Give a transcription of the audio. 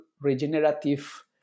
regenerative